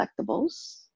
collectibles